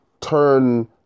turn